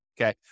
okay